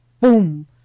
boom